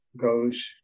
goes